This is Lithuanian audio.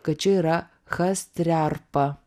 kad čia yra hastrerpa